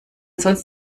sonst